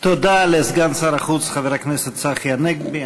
תודה לסגן שר החוץ חבר הכנסת צחי הנגבי.